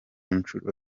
nshuro